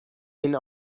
این